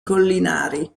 collinari